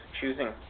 choosing